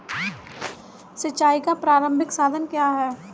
सिंचाई का प्रारंभिक साधन क्या है?